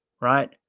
right